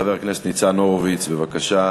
חבר הכנסת ניצן הורוביץ, בבקשה.